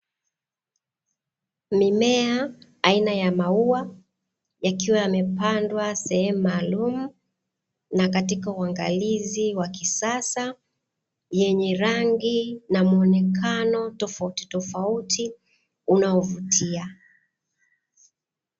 Mimea aina ya maua, yakiwa yamepandwa sehemu maalamu na katika uangalizi wa kisasa, yenye rangi na muonekano tofautitofauti unaovutia.